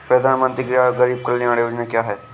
प्रधानमंत्री गरीब कल्याण योजना क्या है?